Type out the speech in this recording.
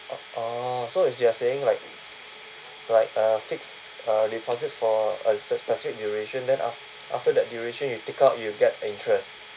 oh oh so it's you are saying like like a fixed uh deposit for a specific duration then aft~ after that duration you take out you get interest